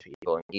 people